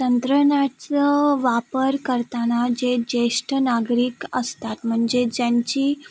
तंत्रज्ञानाचा वापर करताना जे ज्येष्ठ नागरिक असतात म्हणजे ज्यांची